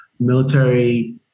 military